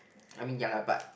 I mean ya lah but